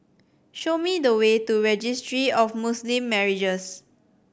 show me the way to Registry of Muslim Marriages